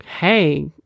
hey